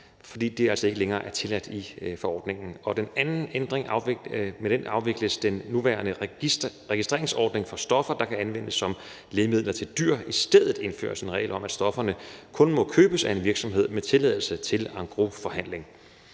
fordi det ikke længere er tilladt ifølge forordningen. Med den anden ændring afvikles den nuværende registreringsordning for stoffer, der kan anvendes som lægemidler til dyr. I stedet indføres en regel om, at stofferne kun må købes af en virksomhed med tilladelse til engrosforhandling.